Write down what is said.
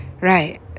Right